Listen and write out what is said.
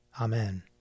Amen